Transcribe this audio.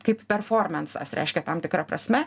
kaip performensas reiškia tam tikra prasme